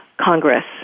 Congress